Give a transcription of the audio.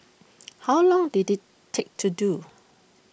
how long did IT take to do